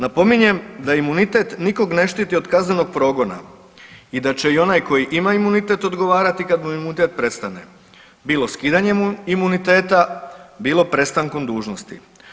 Napominjem da imunitet nikog ne štiti od kaznenog progona i da će i onaj koji ima imunitet odgovarati kad mu imunitet prestaje, bilo skidanjem imuniteta, bilo prestankom dužnosti.